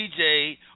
DJ